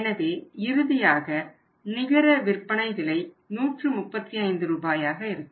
எனவே இறுதியாக நிகர விற்பனை விலை 135 ரூபாயாக இருக்கும்